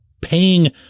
paying